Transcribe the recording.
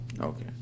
Okay